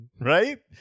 right